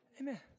Amen